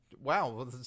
Wow